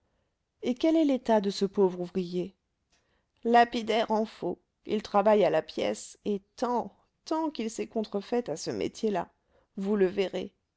et quel est l'état de ce pauvre ouvrier lapidaire en faux il travaille à la pièce et tant tant qu'il s'est contrefait à ce métier-là vous le verrez